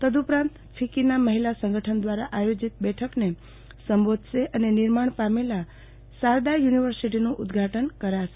તદુપરાંત ફિક્કીના મહિલા સંગઠન દ્વારા આયોજિત બેઠકને સંબોધશે અને નિર્માણ પામેલ શારદા યુનીવર્સીટીનું ઉદ્વાટન કરશે